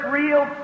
real